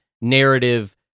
narrative